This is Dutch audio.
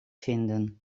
vinden